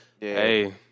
hey